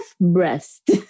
breast